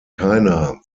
keiner